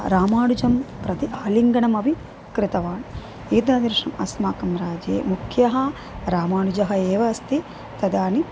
रामानुजं प्रति आलिङ्गनमपि कृतवान् एतादृशम् अस्माकं राज्ये मुख्यः रामानुजः एव अस्ति तदानीम्